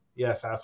Yes